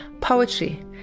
poetry